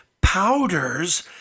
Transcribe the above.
powders